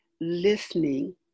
listening